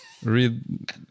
Read